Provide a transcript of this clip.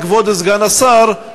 כבוד סגן השר,